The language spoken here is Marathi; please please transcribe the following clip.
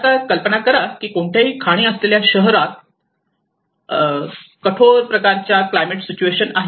आता कल्पना करा की कोणत्याही खाणी असलेल्या शहरात प्रकारच्या कठोर क्लायमेट सिच्युएशन आहे